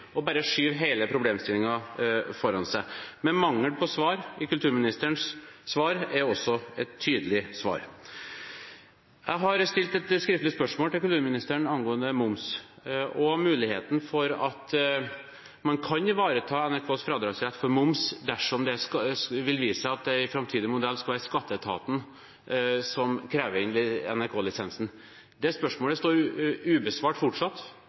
bare skjøvet hele problemstillingen foran seg. Men mangel på svar i kulturministerens svar er også et tydelig svar. Jeg har stilt et skriftlig spørsmål til kulturministeren angående moms og muligheten for at man kan ivareta NRKs fradragsrett for moms dersom det viser seg at det i den framtidige modellen skal være skatteetaten som krever inn NRK-lisensen. Det spørsmålet står ubesvart fortsatt,